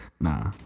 nah